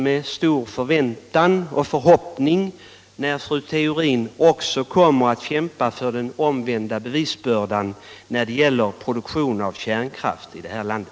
Med stor förväntan emotser jag att fru Theorin kommer att kämpa för den omvända bevisbördan också när det gäller produktion av kärnkraft i detta land.